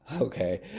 okay